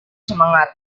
semangat